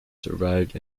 survived